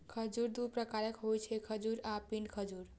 खजूर दू प्रकारक होइ छै, खजूर आ पिंड खजूर